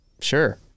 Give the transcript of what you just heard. sure